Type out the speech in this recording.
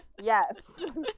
Yes